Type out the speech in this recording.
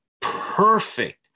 perfect